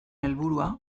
helburua